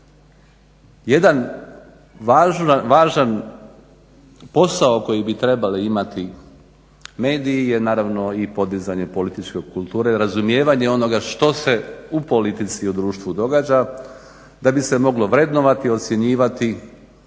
Jedan važan posao koji bi trebali imati mediji je i naravno i poticanje političke kulture, razumijevanje onoga što se u politici u društvu događa da bi se moglo vrednovati, ocjenjivati,